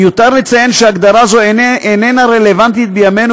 מיותר לציין שהגדרה זו אינה רלוונטית בימינו,